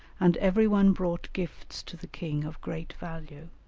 and every one brought gifts to the king of great value.